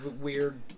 weird